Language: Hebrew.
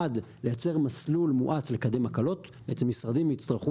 אחד לייצר מסלול מואץ לקדם הקלות בעצם משרדים יצטרכו